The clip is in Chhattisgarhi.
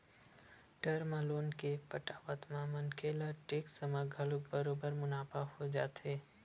टर्म लोन के पटावत म मनखे ल टेक्स म घलो बरोबर मुनाफा हो जाथे